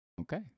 okay